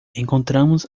encontramos